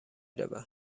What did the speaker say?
رود